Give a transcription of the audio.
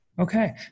Okay